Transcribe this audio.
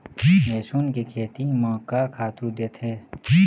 लेसुन के खेती म का खातू देथे?